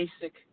basic